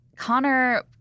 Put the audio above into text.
Connor